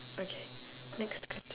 okay next question